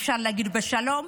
אי-אפשר להגיד "בשלום",